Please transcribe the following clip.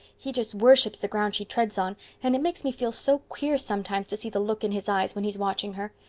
he just worships the ground she treads on and it makes me feel so queer sometimes to see the look in his eyes when he's watching her.